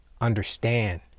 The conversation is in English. understand